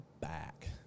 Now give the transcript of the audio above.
back